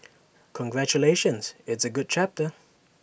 congratulations it's A good chapter